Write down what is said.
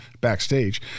backstage